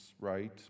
right